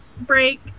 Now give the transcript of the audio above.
break